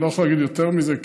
אני לא יכול להגיד יותר מזה,